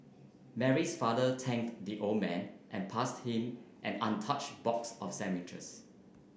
Mary's father thanked the old man and passed him an untouched box of sandwiches